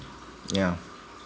yeah